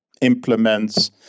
implements